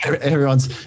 everyone's